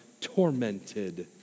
tormented